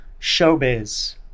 showbiz